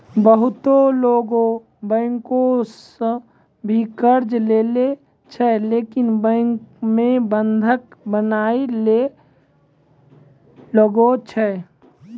बहुते लोगै बैंको सं भी कर्जा लेय छै लेकिन बैंको मे बंधक बनया ले लागै छै